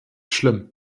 schlimm